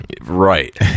right